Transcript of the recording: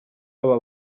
aba